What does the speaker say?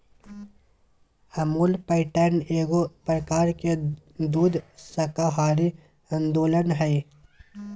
Amul pattern एगो प्रकार के दुग्ध सहकारी आन्दोलन हइ